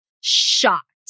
shocked